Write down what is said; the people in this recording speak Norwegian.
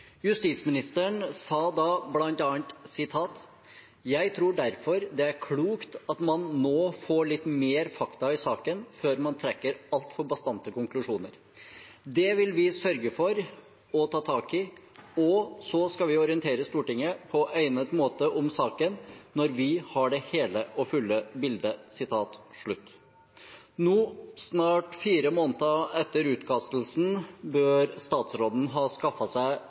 Justisministeren sa blant annet: ‘Jeg tror derfor det er klokt at man nå får litt mer fakta i saken, før man trekker altfor bastante konklusjoner. Det vil vi sørge for å få tak i, og så skal vi orientere Stortinget på egnet måte om saken når vi har det hele og fulle bildet.’ Nå, snart fire måneder etter utkastelsen, bør statsråden ha skaffet seg